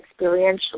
experientially